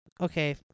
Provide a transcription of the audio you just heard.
Okay